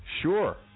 Sure